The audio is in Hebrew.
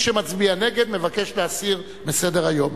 מי שמצביע נגד מבקש להסיר מסדר-היום.